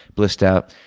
blissed out,